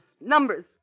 numbers